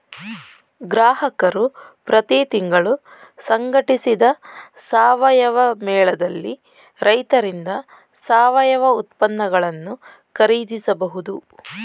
ಗ್ರಾಹಕರು ಪ್ರತಿ ತಿಂಗಳು ಸಂಘಟಿಸಿದ ಸಾವಯವ ಮೇಳದಲ್ಲಿ ರೈತರಿಂದ ಸಾವಯವ ಉತ್ಪನ್ನಗಳನ್ನು ಖರೀದಿಸಬಹುದು